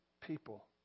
people